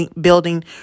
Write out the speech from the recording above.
building